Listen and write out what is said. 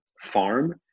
farm